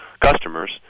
customers